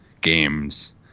games